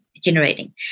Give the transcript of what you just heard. generating